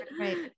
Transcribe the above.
right